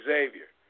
Xavier